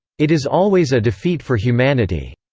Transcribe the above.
it is always a defeat for humanity.